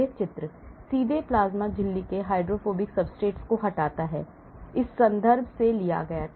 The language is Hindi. यह चित्र सीधे प्लाज्मा झिल्ली से हाइड्रोफोबिक सब्सट्रेट्स को हटाते हैं इस संदर्भ से लिया गया था